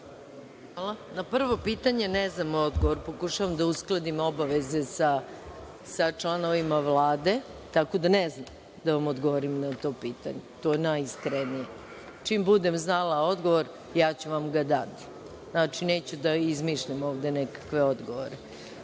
Hvala. Na prvo pitanje ne znam odgovor, pokušavam da uskladim obaveze sa članovima Vlade, tako da ne znam da vam odgovorim na to pitanje. To je najiskrenije. Čim budem znala odgovor, ja ću vam ga dati. Znači, neću da izmišljam ovde nekakve odgovore.Za